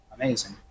amazing